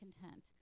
content